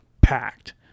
packed